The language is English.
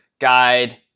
guide